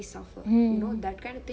mm